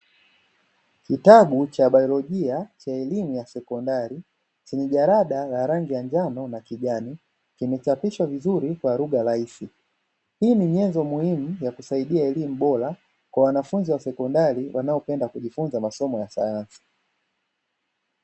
Kitabu cha Baiolojia cha elimu ya sekondari chenye jalada la rangi ya njano na kijani kimechapishwa vizuri kwa lugha rahisi. Hii ni nyenzo muhimu ya kusaidia elimu bora kwa wanafunzi wa sekondari wanaopenda kujifunza masomo ya sayansi.